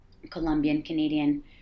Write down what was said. Colombian-Canadian